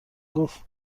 گفت